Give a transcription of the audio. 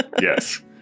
yes